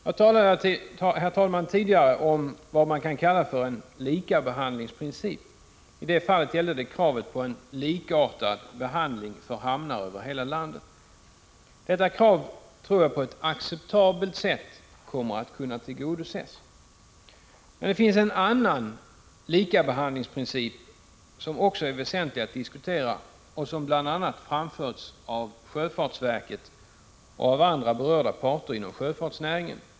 Jag talade tidigare om en ”likabehandlingsprincip”. I det fallet gällde det kravet på likartade villkor för hamnar över hela landet. Detta krav tror jag på ett acceptabelt sätt kommer att kunna tillgodoses. Men det finns en annan ”likabehandlingsprincip” som också är väsentlig att diskutera och som bl.a. framförts av sjöfartsverket och av andra berörda parter inom sjöfartsnäringen.